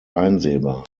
einsehbar